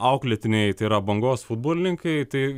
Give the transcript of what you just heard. auklėtiniai tai yra bangos futbolininkai tai